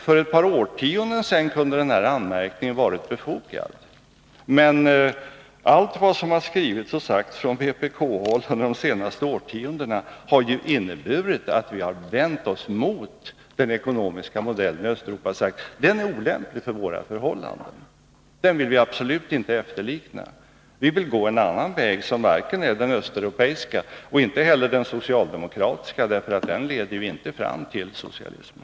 För ett par årtionden sedan kunde den anmärkningen ha varit befogad — det är möjligt — men allt vad som har skrivits och sagts från vpk-håll under de senaste årtiondena har ju inneburit att vi har vänt oss mot den ekonomiska modellen i Östeuropa och sagt att den är olämplig för våra förhållanden, och den vill vi absolut inte efterlikna. Vi vill gå en annan väg, som varken är den östeuropeiska eller den socialdemokratiska — för den leder ju inte fram till socialismen.